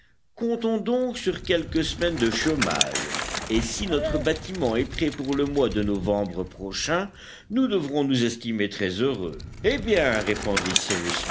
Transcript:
comptons donc sur quelques semaines de chômage et si notre bâtiment est prêt pour le mois de novembre prochain nous devrons nous estimer très heureux eh bien répondit